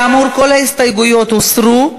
כאמור, כל ההסתייגויות הוסרו,